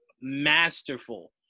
masterful